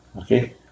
Okay